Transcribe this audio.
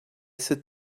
sit